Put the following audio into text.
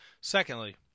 Secondly